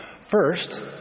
First